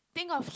think of